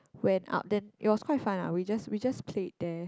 went up then it was quite fun ah we just we just played there